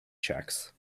checks